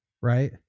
Right